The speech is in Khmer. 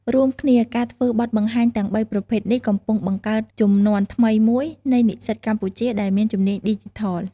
រួមគ្នា ការធ្វើបទបង្ហាញទាំងបីប្រភេទនេះកំពុងបង្កើតជំនាន់ថ្មីមួយនៃនិស្សិតកម្ពុជាដែលមានជំនាញឌីជីថល។